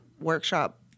workshop